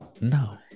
No